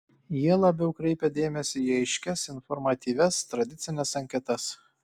jie labiau kreipia dėmesį į aiškias informatyvias tradicines anketas